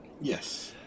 yes